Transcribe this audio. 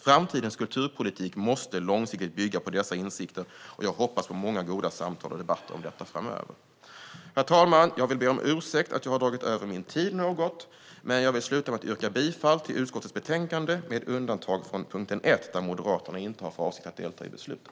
Framtidens kulturpolitik måste långsiktigt bygga på dessa insikter, och jag hoppas på många goda samtal och debatter om detta framöver. Herr talman! Jag yrkar bifall till utskottets förslag i betänkandet, med undantag för punkt 1, där Moderaterna inte har för avsikt att delta i beslutet.